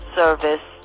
service